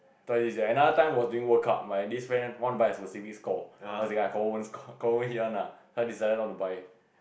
twice this year another time was doing workout my this friend want to buy a specific score confirm won't hit one ah then I decided not to buy